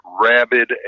rabid